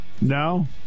No